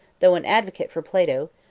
though an advocate for plato,